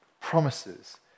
promises